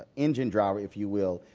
engine driver, if you will,